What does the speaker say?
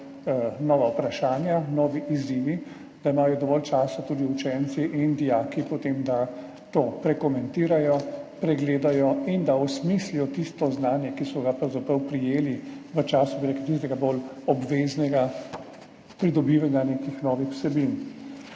nova vprašanja, novi izzivi, da imajo učenci in dijaki potem tudi dovolj časa, da to prekomentirajo, pregledajo in da osmislijo tisto znanje, ki so ga pravzaprav prejeli v času tistega bolj obveznega pridobivanja nekih novih vsebin.